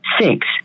six